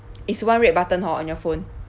is one red button hor on your phone